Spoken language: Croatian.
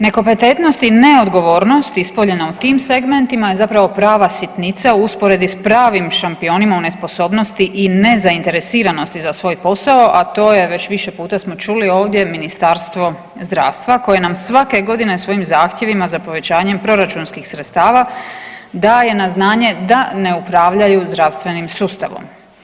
Nekompetentnost i neodgovornost ispoljena u tim segmentima zapravo prava sitnica u usporedbi s pravim šampionima u nesposobnosti i nezainteresiranosti za svoj posao, a to je već više puta smo čuli ovdje Ministarstvo zdravstva koje nam svake godine svojim zahtjevima za povećanjem proračunskih sredstava daje na znanje da ne upravljaju zdravstvenim sustavom.